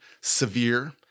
severe